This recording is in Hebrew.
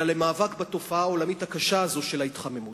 אלא למאבק בתופעה העולמית הקשה הזאת של ההתחממות.